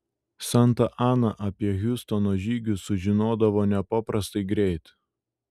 santa ana apie hiustono žygius sužinodavo nepaprastai greit